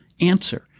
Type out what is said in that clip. answer